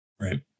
right